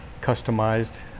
customized